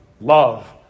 love